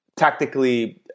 tactically